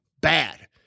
bad